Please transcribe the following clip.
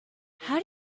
how